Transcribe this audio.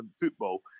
football